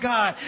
God